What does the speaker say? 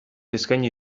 eskaini